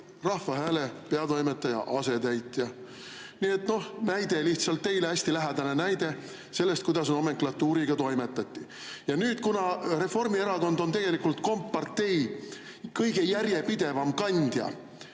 Rahva Hääle peatoimetaja asetäitja. Näide lihtsalt, teile hästi lähedane näide sellest, kuidas nomenklatuuriga toimetati. Ja nüüd, kuna Reformierakond on tegelikult kompartei kõige järjepidevam kandja